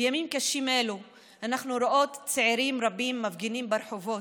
בימים קשים אלו אנחנו רואות צעירים רבים מפגינים ברחובות,